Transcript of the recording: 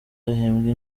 bahembwe